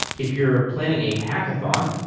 if you're planning a hackathon,